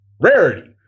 rarity